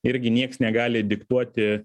irgi nieks negali diktuoti